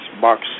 box